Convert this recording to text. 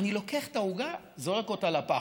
ואני לוקח את העוגה, זורק אותה לפח.